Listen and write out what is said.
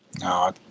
No